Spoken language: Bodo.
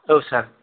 औ सार